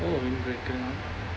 oh windbreaker